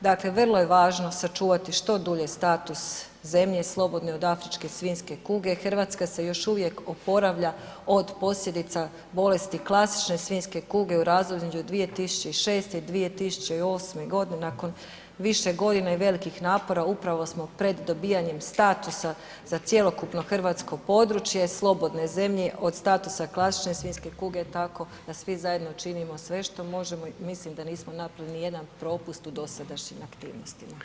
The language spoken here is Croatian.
Dakle vrlo je važno sačuvati što dulje status zemlje slobodni od afričke svinjske kuge, Hrvatska se još uvijek oporavlja od posljedica bolesti klasične svinjske kuge u razdoblju između 2006. i 2008. godine nakon više godina i velikih napora upravo smo pred dobivanjem statusa za cjelokupno područje slobodne zemlje od statusa klasične svinjske kuge tako da svi zajedno činimo sve što možemo i mislim da nismo napravili niti jedan propust u dosadašnjim aktivnostima.